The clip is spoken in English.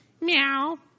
Meow